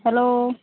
hello